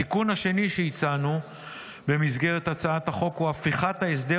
התיקון השני שהצענו במסגרת הצעת החוק הוא הפיכת ההסדר